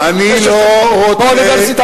באוניברסיטה,